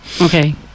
Okay